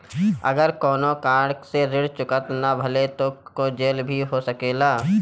अगर कौनो कारण से ऋण चुकता न भेल तो का जेल भी हो सकेला?